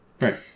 Right